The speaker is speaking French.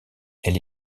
elle